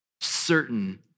certain